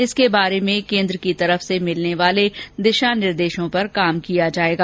इसके बारे में केन्द्र की तरफ से भिलर्ने वाले दिशा निर्देशों पर काम किया जाएगा